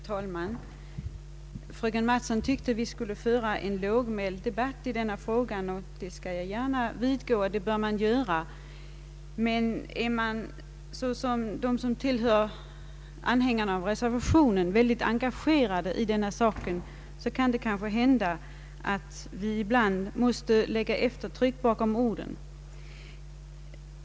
Herr talman! Fröken Mattson tyckte att vi borde föra en lågmäld debatt i denna fråga, och det skall jag gärna vidgå. Det bör man göra, men är man liksom anhängarna av reservationen starkt engagerad i denna sak så kan det hända att man ibland måste lägga eftertryck bakom orden.